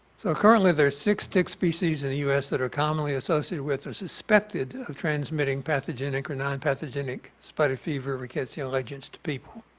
so, currently there are six tick species in the us that are commonly associated with or suspected of transmitting pathogenic or nonpathogenic spotted fever rickettsial agents to people.